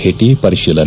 ಭೇಟಿ ಪರಿಶೀಲನೆ